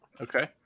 okay